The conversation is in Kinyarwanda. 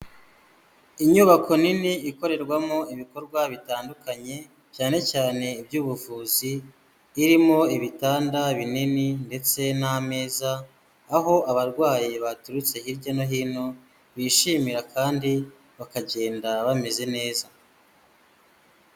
Inyubako nini ikorerwamo ibikorwa bitandukanye cyane cyane iby'ubuvuzi, irimo ibitanda binini ndetse n'ameza aho abarwayi baturutse hirya no hino bishimira kandi bakagenda bameze neza.